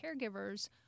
caregivers